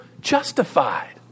justified